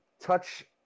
touch